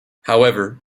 however